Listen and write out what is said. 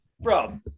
bro